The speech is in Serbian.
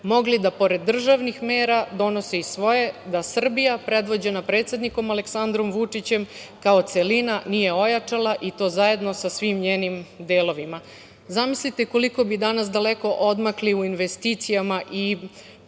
mogli da pored državnih mera donose i svoje, da Srbija predvođena predsednikom Aleksandrom Vučićem kao celina nije ojačala i to zajedno sa svim njenim delovima. Zamislite koliko bi danas odmakli u investicijama i